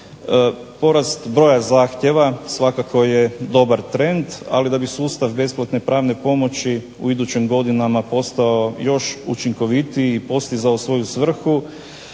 Porast broja zahtjeva svakako je dobar trend ali da bi sustav besplatne pravne pomoći u idućim godinama postao još učinkovitiji i postizao svoju svrhu,